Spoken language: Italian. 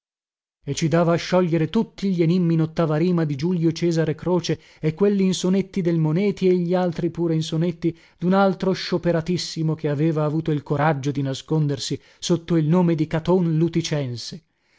e ci dava a sciogliere tutti gli enimmi in ottava rima di giulio cesare croce e quelli in sonetti del moneti e gli altri pure in sonetti dun altro scioperatissimo che aveva avuto il coraggio di nascondersi sotto il nome di caton luticense